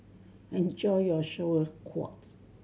enjoy your Sauerkraut